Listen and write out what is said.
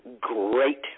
great